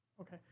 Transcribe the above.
Okay